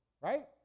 right